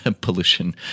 pollution